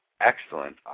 Excellent